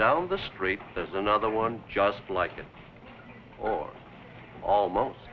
down the street there's another one just like it or almost